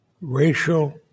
racial